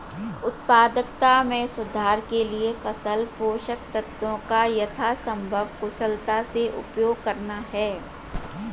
उत्पादकता में सुधार के लिए फसल पोषक तत्वों का यथासंभव कुशलता से उपयोग करना है